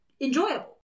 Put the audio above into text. enjoyable